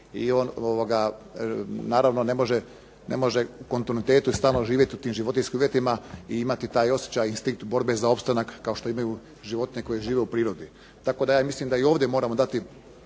naravno ne može u stalnom kontinuitetu u tim životinjskim uvjetima i imati taj instinkt i osjećaj borbe za opstanak kao što imaju životinje u prirodi. Tako da ja mislim da i ovdje moramo dati